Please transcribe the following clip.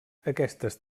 aquestes